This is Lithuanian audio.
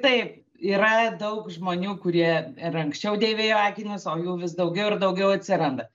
taip yra daug žmonių kurie ir anksčiau dėvėjo akinius o jų vis daugiau ir daugiau atsiranda